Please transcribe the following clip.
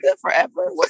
forever